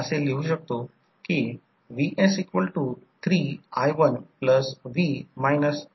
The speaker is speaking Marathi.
R L देखील R L बनवू शकतो X L हा X L असेल जे प्रायमरी साईडला देखील हस्तांतरित केले जाऊ शकते